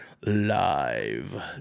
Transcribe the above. live